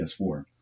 PS4